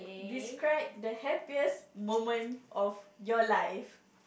describe the happiest moment of your life